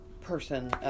person